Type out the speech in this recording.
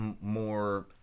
more